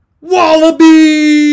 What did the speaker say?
Wallaby